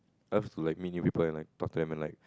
I love to like meet new people and like talk to them and like